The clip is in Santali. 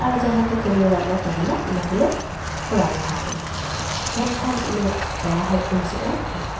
ᱟᱨᱚ ᱡᱟᱦᱟᱸ ᱠᱚ ᱠᱟᱢᱤ ᱚᱲᱟᱜ ᱨᱮᱱᱟᱜ ᱛᱟᱦᱮᱱᱟ ᱚᱱᱟ ᱠᱚᱞᱮ ᱠᱚᱨᱟᱣ ᱞᱟᱦᱟ ᱠᱮᱫᱟ ᱢᱮᱱᱠᱷᱟᱱ ᱩᱱᱟᱹᱜ ᱯᱮᱲᱟ ᱦᱚᱲ ᱠᱚ ᱦᱤᱡᱩᱜᱼᱟ ᱚᱱᱟ ᱠᱷᱟᱹᱛᱤᱨ